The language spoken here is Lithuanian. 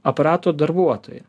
aparato darbuotoja